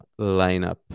lineup